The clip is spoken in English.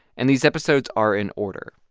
and these episodes are in order.